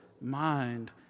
mind